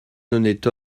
honnête